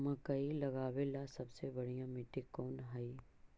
मकई लगावेला सबसे बढ़िया मिट्टी कौन हैइ?